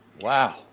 Wow